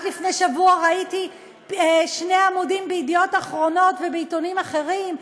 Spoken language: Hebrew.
רק לפני שבוע ראיתי שני עמודים בידיעות אחרונות ובעיתונים אחרים,